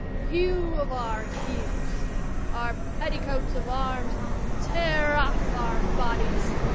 hew of our heels our petticoats of arms tear off our bodies,